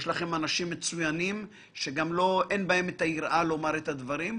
יש לכם אנשים מצוינים שאין בהם יראה לומר את הדברים.